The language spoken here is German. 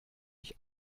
ich